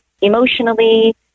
emotionally